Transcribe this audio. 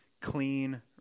clean